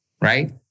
Right